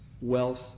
wealth